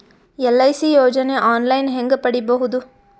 LIC ಯೋಜನೆ online ಹೇಂಗ ಪಡಿಬಹುದು?